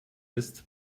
ist